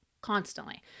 constantly